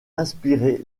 inspiré